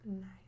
Nice